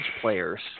players